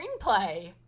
screenplay